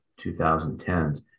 2010s